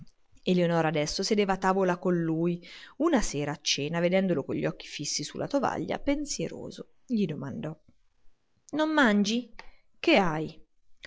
eleonora adesso sedeva a tavola con lui una sera a cena vedendolo con gli occhi fissi su la tovaglia pensieroso gli domandò non mangi che hai